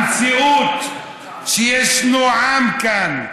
המציאות היא שיש עם כאן,